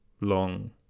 long